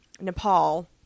nepal